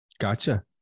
Gotcha